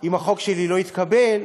החוק שלי לא יתקבל,